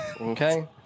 Okay